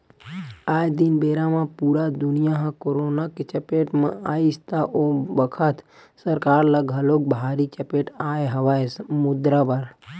आये दिन बेरा म पुरा दुनिया ह करोना के चपेट म आइस त ओ बखत सरकार ल घलोक भारी चपेट आय हवय मुद्रा बर